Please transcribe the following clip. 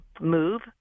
move